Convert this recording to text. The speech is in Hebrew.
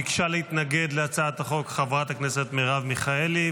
ביקשה להתנגד להצעת החוק חברת הכנסת מרב מיכאלי,